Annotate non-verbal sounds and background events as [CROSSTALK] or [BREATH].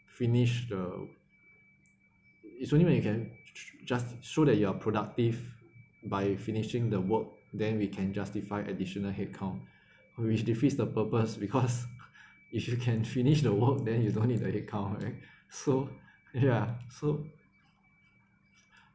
finish the it's only when you can just show that you are productive by finishing the work then we can justify additional headcount [BREATH] which defeats the purpose because if you can finish the work then you don't need a headcount right so ya so